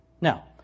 Now